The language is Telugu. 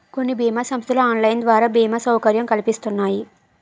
కొన్ని బీమా సంస్థలు ఆన్లైన్ ద్వారా బీమా సౌకర్యం కల్పిస్తున్నాయి